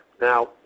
Now